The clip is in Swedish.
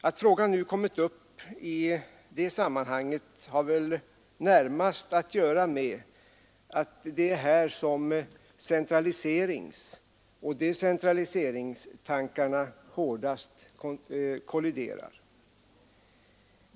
Att frågan nu kommit upp i det sammanhanget har väl närmast att göra med att det är där som centraliseringsoch decentraliseringstankarna hårdast kolliderar.